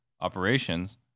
operations